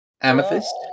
Amethyst